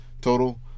total